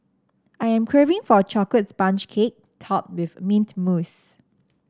I am craving for a chocolate sponge cake topped with mint mousse